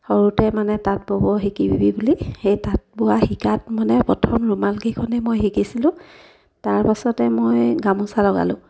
সৰুতে মানে তাঁত ব'ব শিকিবি বুলি সেই তাঁত বোৱা শিকাত মানে প্ৰথম ৰুমালকেইখনেই মই শিকিছিলোঁ তাৰপাছতে মই গামোচা লগালোঁ